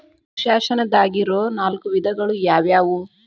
ವರ್ಷಾಶನದಾಗಿರೊ ನಾಲ್ಕು ವಿಧಗಳು ಯಾವ್ಯಾವು?